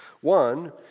One